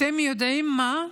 אתם יודעים מה,